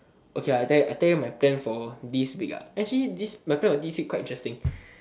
okay I tell you I tell you my plan for this week actually this my plan for this week quite interesting